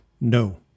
no